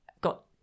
got